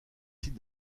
sites